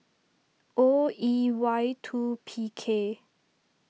O E Y two P K